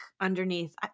underneath